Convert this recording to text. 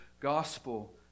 gospel